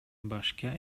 башка